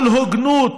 על הוגנות,